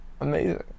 amazing